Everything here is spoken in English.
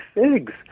figs